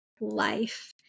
life